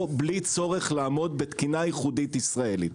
בלי צורך לעמוד בתקינה ייחודית ישראלית.